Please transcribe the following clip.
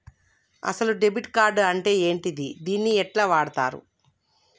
అసలు debit card అంటే ఏంటిది? దీన్ని ఎట్ల వాడుతరు?